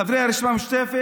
חברי הרשימה המשותפת,